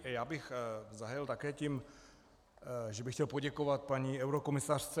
Já bych zahájil také tím, že bych chtěl poděkovat paní eurokomisařce.